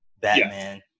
Batman